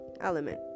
element